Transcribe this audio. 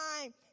time